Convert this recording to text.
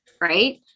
right